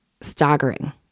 staggering